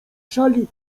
szali